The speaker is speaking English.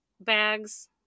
bags